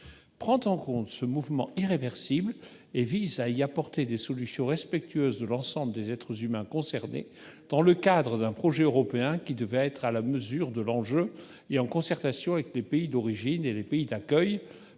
prend en compte ce mouvement irréversible et vise à y apporter des solutions respectueuses de l'ensemble des êtres humains concernés dans le cadre d'un projet européen qui devra être à la mesure de l'enjeu, et en concertation avec les pays d'origine et les pays d'accueil.